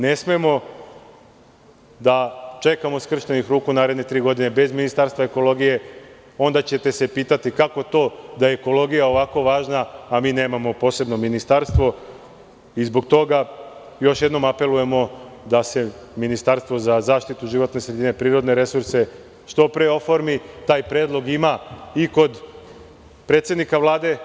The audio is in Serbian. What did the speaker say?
Ne smemo da sedimo skrštenih ruku naredne tri godine bez Ministarstva ekologije, onda ćete se pitati, kako to da ekologija ovako važna, a mi nemamo posebno ministarstvo i zbog toga još jednom apelujemo da se Ministarstvo za zaštitu životne sredine i prirodne resurse, što pre oformi, taj predlog ima i kod predsednika Vlade.